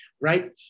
right